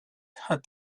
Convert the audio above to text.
had